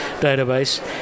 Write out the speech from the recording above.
database